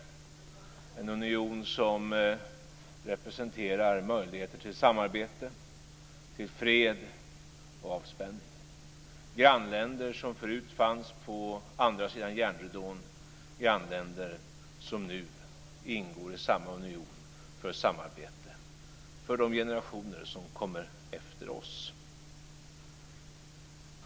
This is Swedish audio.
Det blir en union som representerar möjligheter till samarbete, till fred och avspänning. Grannländer som förut fanns på andra sidan järnridån blir nu grannländer i samma union för samarbete för de generationer som kommer efter oss.